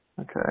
Okay